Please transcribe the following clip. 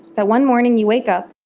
that one morning you wake up